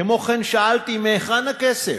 כמו כן, שאלתי: מהיכן הכסף?